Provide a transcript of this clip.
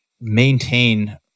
maintain